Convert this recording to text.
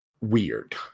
weird